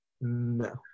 No